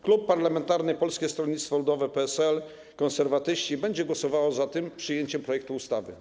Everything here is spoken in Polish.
Klub parlamentarny Polskie Stronnictwo Ludowe, UED, Konserwatyści będzie głosował za przyjęciem tego projektu ustawy.